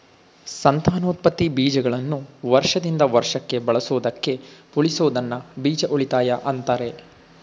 ಸಂತಾನೋತ್ಪತ್ತಿ ಬೀಜಗಳನ್ನು ವರ್ಷದಿಂದ ವರ್ಷಕ್ಕೆ ಬಳಸೋದಕ್ಕೆ ಉಳಿಸೋದನ್ನ ಬೀಜ ಉಳಿತಾಯ ಅಂತಾರೆ